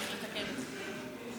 מירב, עוד לא סיימת את הנאום?